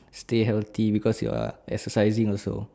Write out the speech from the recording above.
stay healthy because you are exercising also